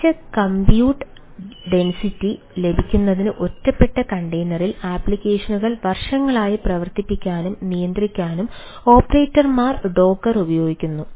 മികച്ച compute density ഉപയോഗിക്കുന്നു